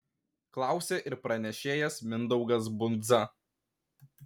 klausė ir pranešėjas mindaugas bundza